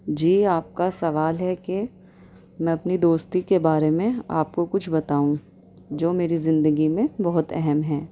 جی آپ کا سوال ہے کہ میں اپنی دوستی کے بارے میں آپ کو کچھ بتاؤں جو میری زندگی میں بہت اہم ہیں